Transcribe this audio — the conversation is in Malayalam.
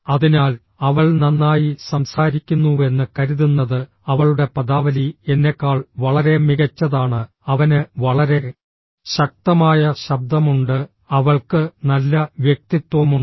അതിനാൽ അവൾ നന്നായി സംസാരിക്കുന്നുവെന്ന് കരുതുന്നത് അവളുടെ പദാവലി എന്നെക്കാൾ വളരെ മികച്ചതാണ് അവന് വളരെ ശക്തമായ ശബ്ദമുണ്ട് അവൾക്ക് നല്ല വ്യക്തിത്വമുണ്ട്